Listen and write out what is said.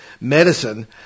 medicine